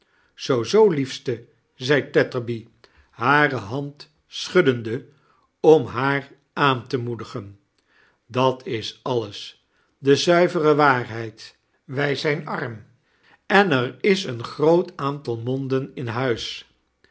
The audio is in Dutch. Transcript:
liefste zei tetterby hare hand schuddende om haar aan te moedigen dat is alles de zuivere waarheid wij z ij n arm en er i s een groot aantal monden in huis